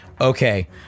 okay